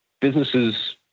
businesses